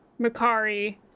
Makari